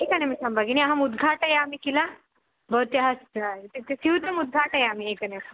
एकनिमिषं भगिनि अहम् उद्घाटयामि किल भवत्याः इत्युक्ते स्यूतम् उद्घाटयामि एकनिमिषम् अस्तु